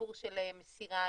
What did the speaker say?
הסיפור של מסירה אנונימית,